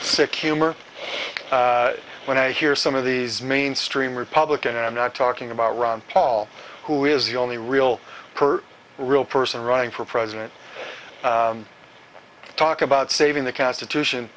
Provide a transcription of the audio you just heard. sick humor when i hear some of these mainstream republican i'm not talking about ron paul who is the only real her real person running for president talk about saving the constitution